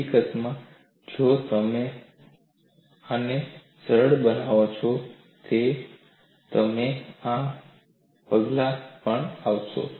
હકીકતમાં જો તમે આને સરળ બનાવો છો તો તમે આ પગલા પર આવશો